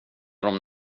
dem